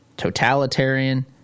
totalitarian